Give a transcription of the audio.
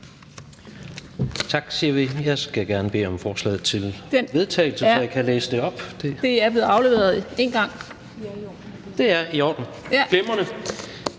Tak siger vi. Jeg skal gerne bede om forslaget til vedtagelse. (Marie Krarup (DF): Det er blevet afleveret en gang). Det er i orden, glimrende!